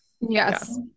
Yes